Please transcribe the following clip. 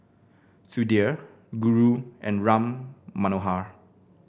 Sudhir Guru and Ram Manohar